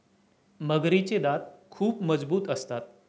मगरीचे दात खूप मजबूत असतात